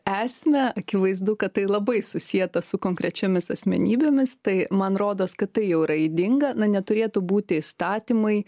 esmę akivaizdu kad tai labai susieta su konkrečiomis asmenybėmis tai man rodos kad tai jau yra ydinga na neturėtų būti įstatymai